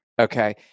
Okay